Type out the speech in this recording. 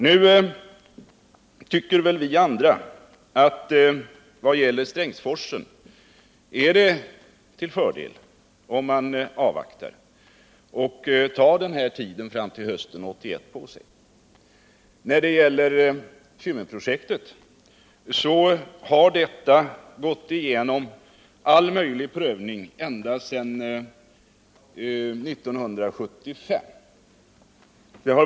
Nu tycker vi andra vad gäller Strängsforsen att det är till fördel om man avvaktar och tar tiden på sig fram till hösten 1981. Kymmenprojektet har gått igenom all möjlig prövning ända sedan 1975.